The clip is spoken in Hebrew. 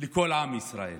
לכל עם ישראל.